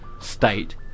state